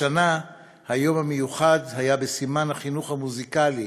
השנה היום המיוחד היה בסימן החינוך המוזיקלי